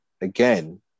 again